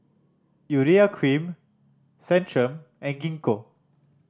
Urea Cream Centrum and Gingko